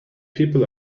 people